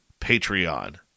Patreon